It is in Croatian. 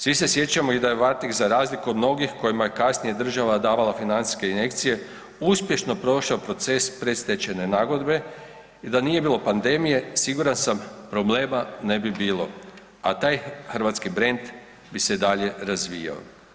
Svi se sjećamo i da je Varteks za razliku od mnogih kojima je kasnije država davala financijske injekcije uspješno prošao proces predstečajne nagodbe i da nije bilo pandemije sigurno ne bi bilo, a taj hrvatski brend bi se i dalje razvijao.